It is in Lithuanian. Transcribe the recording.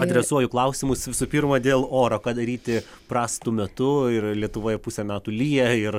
adresuoju klausimus visų pirma dėl oro ką daryti prastu metu ir lietuvoje pusę metų lyja ir